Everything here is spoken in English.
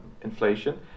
inflation